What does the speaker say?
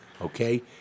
Okay